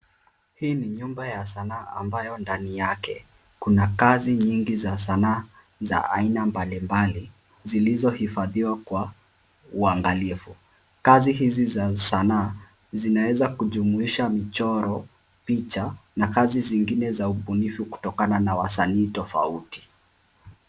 Hii ni nyumba ya sanaa ambayo ndani yake kuna kazi nyingi za sanaa za aina mbalimbali zilizohifadhiwa kwa uangalifu. Kazi hizi za sanaa zinaweza kujumuisha mchoro, picha na kazi zingine za ubunifu kutokana na wasanii tofauti.